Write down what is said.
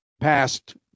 passed